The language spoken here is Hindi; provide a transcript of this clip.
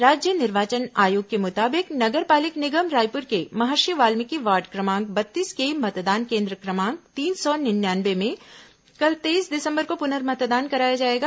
राज्य निर्वाचन आयोग के मुताबिक नगर पालिक निगम रायपुर के महर्षि वाल्मिकी वार्ड क्रमांक बत्तीस के मतदान केन्द्र क्रमांक तीन सौ निन्यानवे में कल तेईस दिसंबर को पुनर्मतदान कराया जाएगा